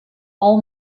all